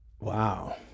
wow